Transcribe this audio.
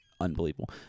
unbelievable